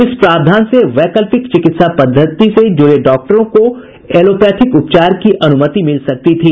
इस प्रावधान से वैकल्पिक चिकित्सा पद्धति से जुड़े डाक्टरों को ऐलोपैथिक उपचार की अनुमति मिल सकती थी